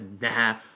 nah